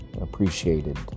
appreciated